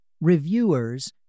reviewers